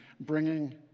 bringing